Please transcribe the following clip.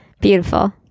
Beautiful